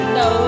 no